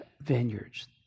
vineyards